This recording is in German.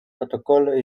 protokolle